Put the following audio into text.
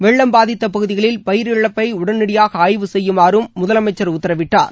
வெள்ளம் பாதித்த பகுதிகளில் பயிர் இழப்பை உடனடியாக ஆய்வு செய்யுமாறும் முதலமைச்சர் உத்தரவிட்டார்